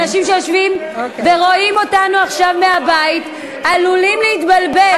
אנשים שיושבים ורואים אותנו עכשיו מהבית עלולים להתבלבל.